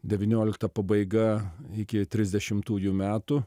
devyniolikta pabaiga iki trisdešimtųjų metų